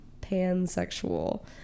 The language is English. pansexual